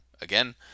again